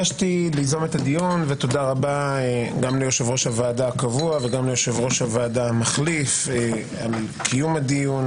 תודה ליושב-ראש הוועדה הקבוע וליושב-הראש המחליף על קיום הדיון